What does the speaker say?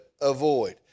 avoid